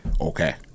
Okay